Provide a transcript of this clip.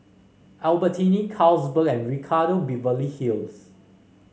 Albertini Carlsberg and Ricardo Beverly Hills